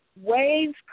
waves